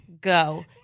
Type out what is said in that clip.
go